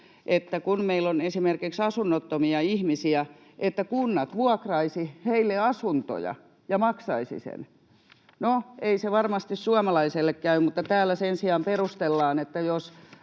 että kun meillä on esimerkiksi asunnottomia ihmisiä, niin kunnat vuokraisivat heille asuntoja ja maksaisivat ne. No, ei se varmasti suomalaiselle käy, mutta täällä sen sijaan perustellaan, että jos